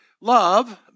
love